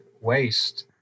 waste